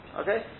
Okay